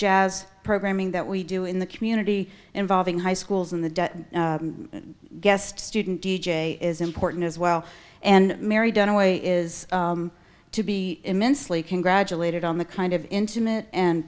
jazz programming that we do in the community involving high schools and the guest student d j is important as well and married in a way is to be immensely congratulated on the kind of intimate and